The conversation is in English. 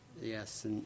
Yes